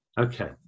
Okay